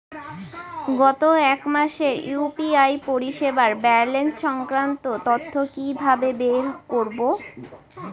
গত এক মাসের ইউ.পি.আই পরিষেবার ব্যালান্স সংক্রান্ত তথ্য কি কিভাবে বের করব?